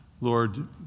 Lord